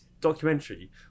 documentary